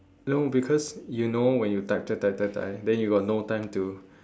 no because you know when you type type type type then you got no time to